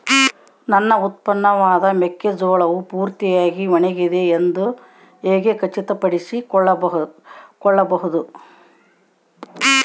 ನನ್ನ ಉತ್ಪನ್ನವಾದ ಮೆಕ್ಕೆಜೋಳವು ಪೂರ್ತಿಯಾಗಿ ಒಣಗಿದೆ ಎಂದು ಹೇಗೆ ಖಚಿತಪಡಿಸಿಕೊಳ್ಳಬಹುದು?